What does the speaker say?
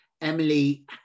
Emily